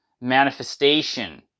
manifestation